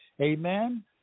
Amen